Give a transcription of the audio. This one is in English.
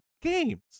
games